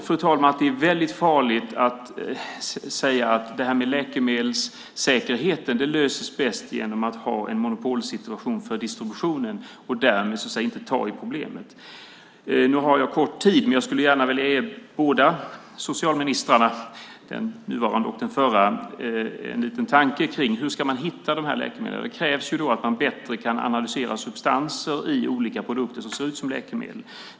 Jag tror att det är väldigt farligt att säga att läkemedelssäkerheten löses bäst genom att ha en monopolsituation för distributionen och därmed inte ta i problemet. Jag skulle gärna vilja ge den nuvarande och den förra socialministern en liten tanke kring hur man ska hitta de här läkemedlen. Det krävs att man kan analysera substanser bättre i olika produkter som ser ut som läkemedel.